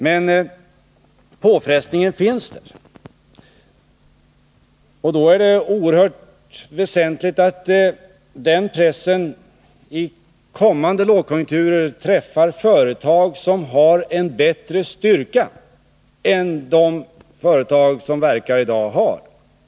Men påfrestningen finns där. Det är då oerhört väsentligt att den pressen i kommande lågkonjunkturer träffar företag som har en bättre styrka än de företag som i dag verkar har.